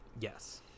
Yes